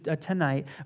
tonight